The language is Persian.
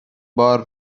بار